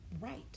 right